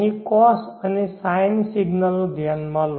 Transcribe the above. અહીં cos અને sine સિગ્નલો ધ્યાનમાં લો